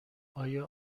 آیا